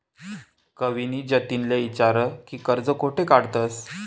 कविनी जतिनले ईचारं की कर्ज कोठे काढतंस